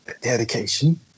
Dedication